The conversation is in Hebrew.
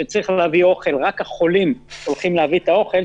וכשצריך להביא אוכל רק החולים הולכים להביא את האוכל,